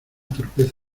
torpeza